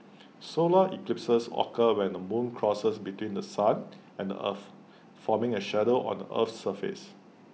solar eclipses occur when the moon crosses between The Sun and the earth forming A shadow on A Earth's surface